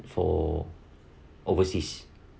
for overseas